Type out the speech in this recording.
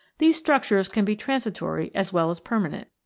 these structures can be transitory as well as permanent.